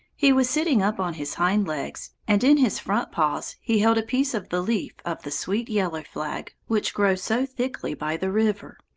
he was sitting up on his hind legs, and in his front paws he held a piece of the leaf of the sweet yellow flag, which grows so thickly by the river.